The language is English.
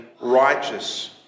Righteous